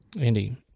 Andy